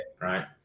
right